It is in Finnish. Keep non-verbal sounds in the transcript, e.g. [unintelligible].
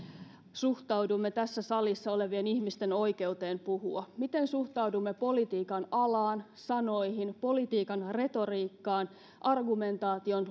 suhtaudumme tässä salissa olevien ihmisten oikeuteen puhua miten suhtaudumme politiikan alaan sanoihin politiikan retoriikkaan argumentaation [unintelligible]